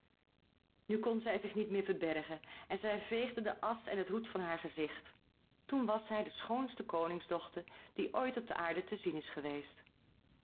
nu kon zij zich niet meer verbergen en zij veegde de asch en het roet van haar gezicht toen was zij de schoonste koningsdochter die ooit op de aarde te zien is geweest